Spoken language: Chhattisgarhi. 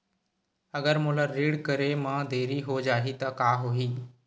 अगर मोला ऋण करे म देरी हो जाहि त का होही?